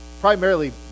primarily